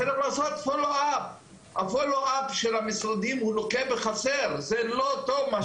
ה-Follow up של המשרדים לוקה בחסר, זה לא טוב.